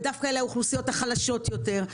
ואלה דווקא האוכלוסיות החלשות יותר.